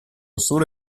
solo